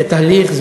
וזה תהליך.